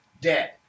dead